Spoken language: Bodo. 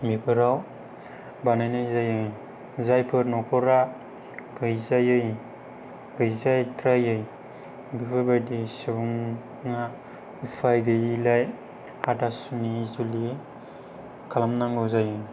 बेफोराव बानायनाय जायो जायफोर न'खरा गैजायै गैजाद्रायै बेफोरबादि सुबुङा उफाय गैयिलाय हाथासुनि जुलि खालामनांगौ जायो